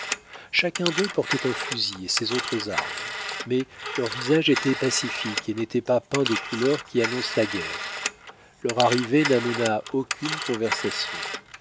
chacun d'eux portait un fusil et ses autres armes mais leur visage était pacifique et n'était pas peint des couleurs qui annoncent la guerre leur arrivée n'amena aucune conversation